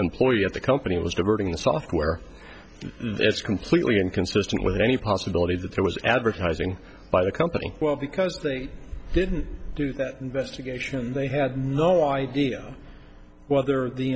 employee at the company was diverting the software that's completely inconsistent with any possibility that there was advertising by the company well because they didn't do that investigation they had no idea whether the